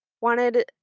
wanted